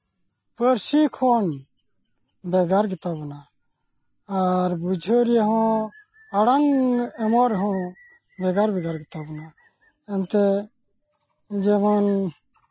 ᱯᱟᱹᱨᱥᱤ ᱠᱷᱚᱱ ᱵᱷᱮᱜᱟᱨ ᱜᱮᱛᱟᱵᱚᱱᱟ ᱟᱨ ᱵᱩᱡᱷᱟᱹᱣ ᱨᱮᱦᱚᱸ ᱟᱲᱟᱝ ᱮᱢᱚᱜ ᱨᱮᱦᱚᱸ ᱵᱷᱮᱜᱟᱨ ᱵᱷᱮᱜᱟᱨ ᱜᱮᱛᱟᱵᱚᱱᱟ ᱮᱱᱛᱮᱫ ᱡᱮᱢᱚᱱ